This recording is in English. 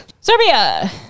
Serbia